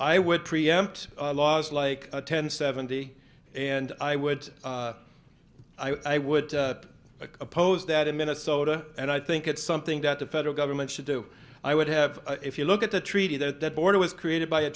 i would preempt laws like ten seventy and i would i would oppose that in minnesota and i think it's something that the federal government should do i would have if you look at the treaty that border was created by a